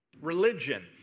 religion